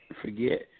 forget